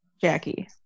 Jackie